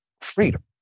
freedom